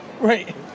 Right